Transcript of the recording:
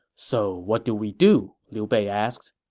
so what do we do? liu bei asked